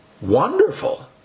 Wonderful